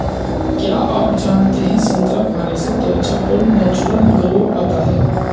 क्या आप जानते है संतरा खाने से त्वचा पर नेचुरल ग्लो आता है?